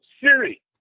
Siri